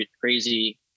crazy